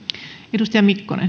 arvoisa